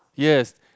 yes